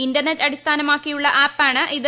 internet അടിസ്ഥാനമാക്കിയുള്ള ആപ്പാണ് ഇത്